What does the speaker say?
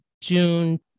June